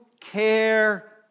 care